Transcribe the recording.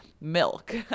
milk